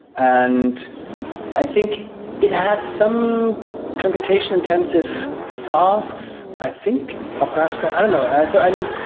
and i think it had some computation-intensive tasks, i think, or perhaps not. i don't know. i so i mean,